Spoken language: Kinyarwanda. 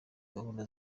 gahunda